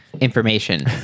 information